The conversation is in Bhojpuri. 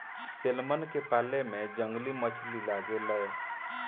सेल्मन के पाले में जंगली मछली लागे ले